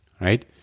right